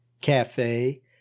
cafe